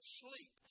sleep